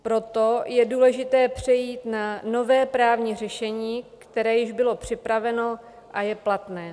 Proto je důležité přejít na nové právní řešení, které již bylo připraveno a je platné.